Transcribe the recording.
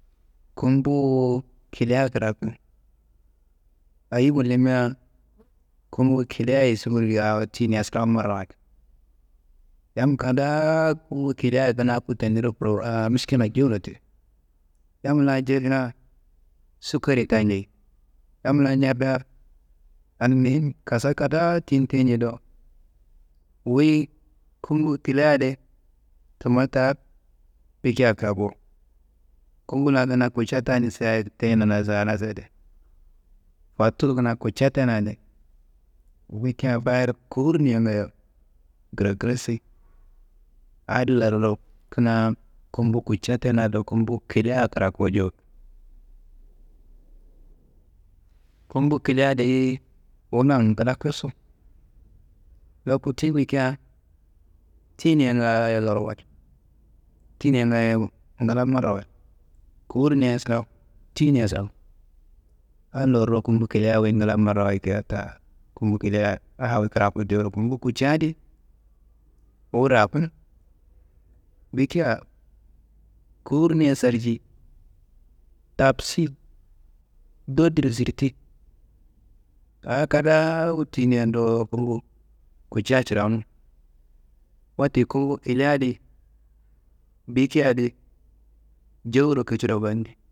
Gumbu kilia kiraku, ayi gullumia? Gumbu kilia suwur geyia awo tiyinia surawu marawayid, yam kadaa gumbu kilia kina ku tendiro, miškila jowuro te, yam la jefina sukkari te njei. Yam la njaba almihim kassa kadaa tiyin te nje dowo, wuyi gumbu kilia adi tumma ta bikia kiraku. Gumbu la kina kutca tani sadi teyina laso, a laso, di fotur kina kutca tena di, bikia fayar kowurunia ngayi, giragirassi, adi laro kina gumbu kutca tena do, gumbu kilia kiraku jowuro. Gumbu kilia deyi wunang ngla kossu, loku ti bikia tiyinia ngaayo lorman, tiyinia ngaayo ngla marawayid, kowurnia sirawu, tiyinia sirawu, adilorro gumbu kilia wuyi ngla marawayid kea ta. Gumbu kilia a wuyi kraku jowuro, gumbu kutca adi wu rakunu, bikia kowurunia sarci, tabsi ndandiro zirdi, a kadaa wu tiyinian dowo bowo. Kutca cirawunu, wote gumbu kilia adi bikia adi jowuro kiciro fani.